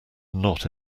not